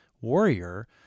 warrior